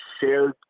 shared